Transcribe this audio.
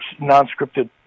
non-scripted